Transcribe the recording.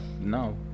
no